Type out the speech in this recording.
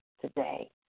today